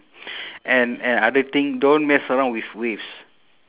and and other thing don't mess around with waves